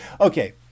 okay